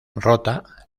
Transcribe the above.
rota